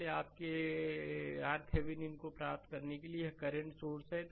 इसलिए आपके RThevenin को प्राप्त करने के लिए यह एक करंट सोर्स है